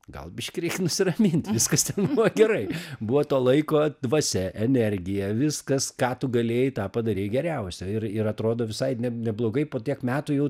gal biškį reik nusiramint viskas ten buvo gerai buvo to laiko dvasia energija viskas ką tu galėjai tą padarei geriausia ir ir atrodo visai ne neblogai po tiek metų jau